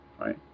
right